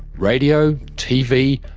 radio, tv,